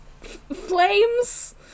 Flames